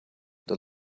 the